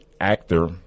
actor